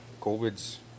COVID's